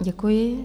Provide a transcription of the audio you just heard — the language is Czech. Děkuji.